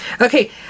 okay